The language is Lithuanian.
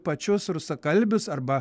pačius rusakalbius arba